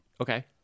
okay